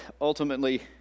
ultimately